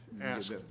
ask